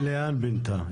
לאן פינתה?